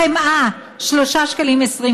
החמאה, 3.25 שקלים,